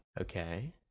Okay